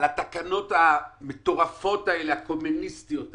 על התקנות המטורפות הקומוניסטיות האלה,